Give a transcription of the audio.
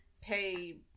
pay